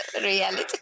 reality